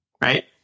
Right